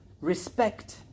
respect